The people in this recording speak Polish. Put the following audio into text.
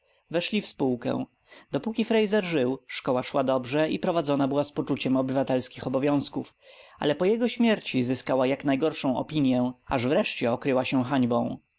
weszli w spółkę dopóki fraser żył szkoła szła dobrze i prowadzona była z poczuciem obywatelskich obowiązków ale po jego śmierci zyskała jaknajgorszą opinię as wreszcie okryła się hańbą